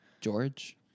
George